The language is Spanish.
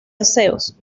aseos